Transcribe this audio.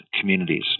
communities